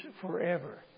forever